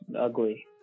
ugly